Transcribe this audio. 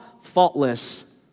faultless